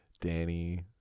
Danny